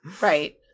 right